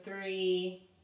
three